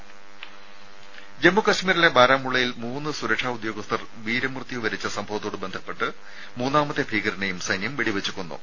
രുമ ജമ്മു കശ്മീരിലെ ബാരാമുള്ളയിൽ മൂന്ന് സുരക്ഷാ ഉദ്യോഗസ്ഥർ വീരമൃത്യു വരിച്ച സംഭവത്തോട് ബന്ധപ്പെട്ട് മൂന്നാമത്തെ ഭീകരനെയും സൈന്യം വെടിവെച്ച് കൊന്നു